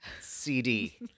CD